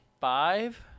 Five